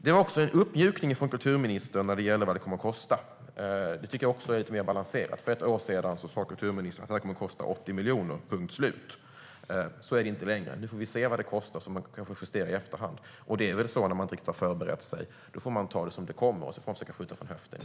Det var också en uppmjukning från ministerns sida när det gäller vad det kommer att kosta, och det tycker jag är lite mer balanserat. För ett år sedan sa ministern att det här kommer att kosta 80 miljoner, punkt slut. Så är det inte längre. Nu säger hon att vi får se vad det kostar, och så får vi kanske justera i efterhand. Det är väl så när man inte riktigt har förberett sig. Då får man ta det som det kommer och försöka skjuta från höften.